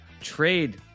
trade